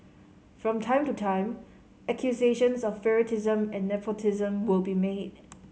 from time to time accusations of favouritism and nepotism will be made